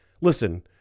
Listen